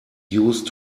used